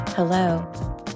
Hello